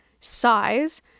size